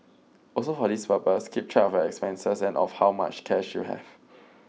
also for this purpose keep track of your expenses and of how much cash you have